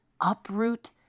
uproot